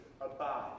Abide